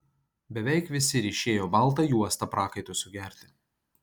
beveik visi ryšėjo baltą juostą prakaitui sugerti